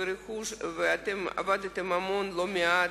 ואתם עבדתם המון, לא מעט,